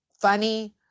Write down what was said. funny